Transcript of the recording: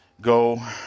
Go